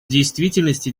действительности